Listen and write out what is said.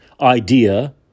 idea